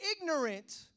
ignorant